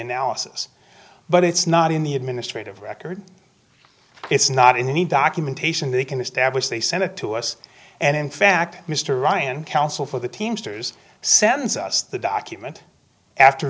analysis but it's not in the administrative records it's not in need documentation they can establish they sent it to us and in fact mr ryan counsel for the teamsters sends us the document after